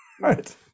right